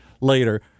later